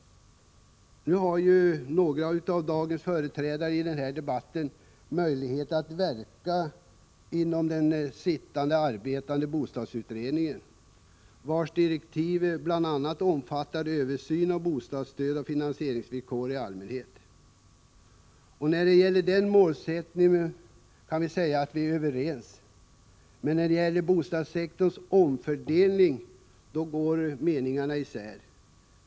Nu har några av dagens företrädare i debatten möjligheter att verka inom den arbetande bostadsutredningen, vars direktiv bl.a. omfattar översyn av bostadsstödet och finansieringsvillkoren i allmänhet. När det gäller den allmänna målsättningen kan vi nog säga att vi är överens. Men när det gäller bostadssektorns omfördelning, då går meningarna isär.